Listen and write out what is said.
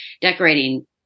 decorating